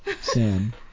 Sam